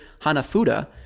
Hanafuda